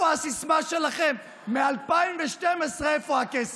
הסיסמה שלכם מ-2012: איפה הכסף?